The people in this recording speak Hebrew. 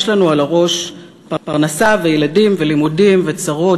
יש לנו על הראש פרנסה וילדים ולימודים וצרות